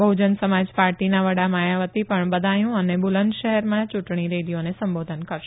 બહુજન સમાજ પાર્ટીના વડા માયાવતી પણ બદાયુ અને બુલંદ શહેરમાં ચુંટણી રેલીઓને સંબોધન કરશે